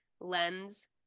lens